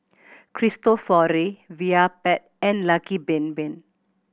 Cristofori Vitapet and Lucky Bin Bin